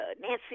Nancy